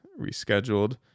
rescheduled